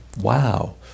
wow